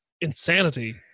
insanity